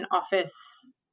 office